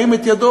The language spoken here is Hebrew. הרים את ידו,